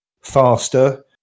faster